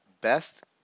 best